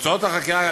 תוצאות החקירה,